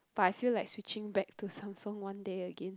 but I feel like switching back to Samsung one day again